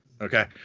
okay